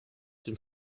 den